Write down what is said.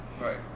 right